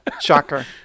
Shocker